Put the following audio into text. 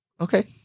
okay